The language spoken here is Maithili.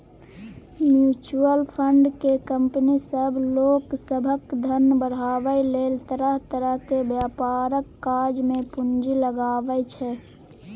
म्यूचुअल फंड केँ कंपनी सब लोक सभक धन बढ़ाबै लेल तरह तरह के व्यापारक काज मे पूंजी लगाबै छै